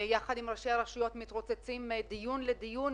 ביחד עם ראשי הרשויות מתרוצצים מדיון לדיון,